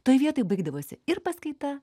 toj vietoj baigdavosi ir paskaita